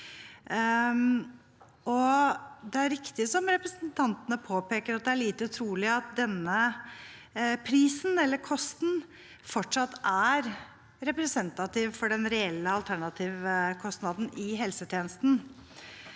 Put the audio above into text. Det er riktig, som representantene påpeker, at det er lite trolig at denne prisen eller kosten fortsatt er representativ for den reelle alternativkostnaden i helsetjenesten.